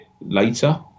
later